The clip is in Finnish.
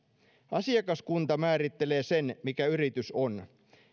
asiakaskunta määrittelee sen mikä yritys on